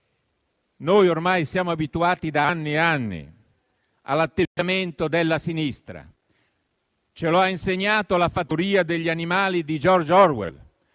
Ormai siamo abituati da anni all'atteggiamento della sinistra. Ce lo ha insegnato «La fattoria degli animali» di George Orwell: